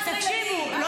היא גידלה 11 ילדים.